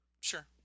Sure